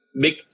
big